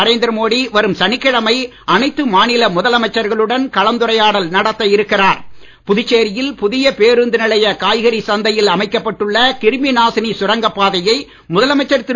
நரேந்திர மோடி வரும் சனிக்கிழமை அனைத்து மாநில முதலமைச்சர்களுடன் கலந்துரையாடல் நடத்த இருக்கிறார் புதுச்சேரியில் புதிய பேருந்து நிலையக் காய்கறி சந்தையில் அமைக்கப்பட்டுள்ள கிருமி நாசினி சுரங்கப் பாதையை முதலமைச்சர் திரு